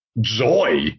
joy